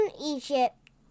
Egypt